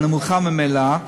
הנמוכה ממילא,